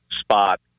spot